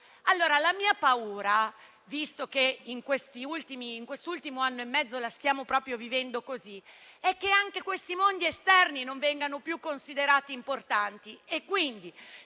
La mia paura, allora, visto che in questo ultimo anno e mezzo la stiamo proprio vivendo così, è che anche questi mondi esterni non vengano più considerati importanti: